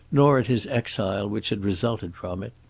nor at his exile which had resulted from it.